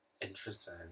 Interesting